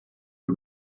the